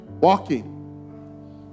walking